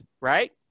right